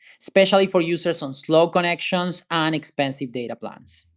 especially for users on slow connections on expensive data plans.